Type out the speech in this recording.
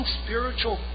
spiritual